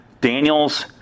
Daniels